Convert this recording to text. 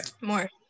more